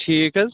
ٹھیٖک حظ